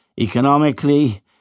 economically